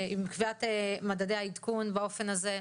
עם קביעת מדדי העדכון באופן הזה?